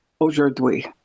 aujourd'hui